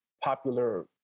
popular